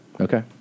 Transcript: Okay